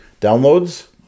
downloads